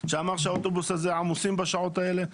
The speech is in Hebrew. שאמר שהאוטובוסים עמוסים בשעות האלה.